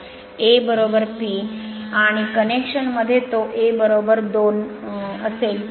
of poles A P आणि connection मध्ये तो A २ असेल